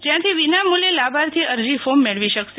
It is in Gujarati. જયાંથી વિનામૂલ્યે લાભાર્થી અરજી ફોર્મ મેળવી શકશે